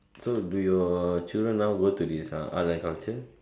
so do your children now go to this ah art and culture